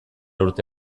urte